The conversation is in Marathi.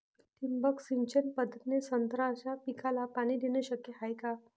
ठिबक सिंचन पद्धतीने संत्रा पिकाले पाणी देणे शक्य हाये का?